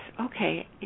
okay